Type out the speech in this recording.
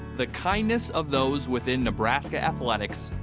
the kindness of those within nebraska athletics,